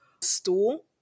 stool